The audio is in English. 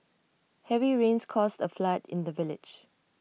heavy rains caused A flood in the village